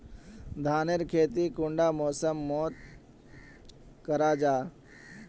धानेर खेती कुंडा मौसम मोत करा जा?